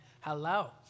hello